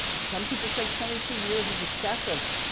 some people say twenty two years is excessive.